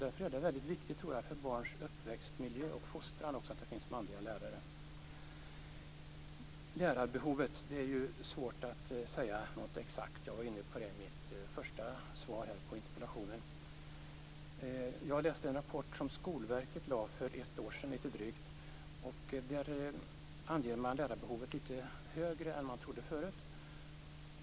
Därför är det väldigt viktigt för barns uppväxtmiljö och fostran att det finns manliga lärare. Lärarbehovet är det svårt att säga något exakt om - jag var inne på i mitt första inlägg. Jag läste en rapport som Skolverket lade fram för lite drygt ett år sedan. Där anger man lärarbehovet vara lite högre än vad man trodde förut.